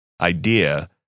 idea